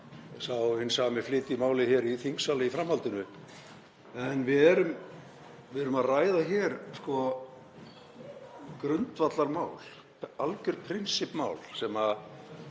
sá hinn sami málið hér í þingsal í framhaldinu. En við erum að ræða hér grundvallarmál, algjört prinsippmál sem